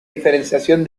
diferenciación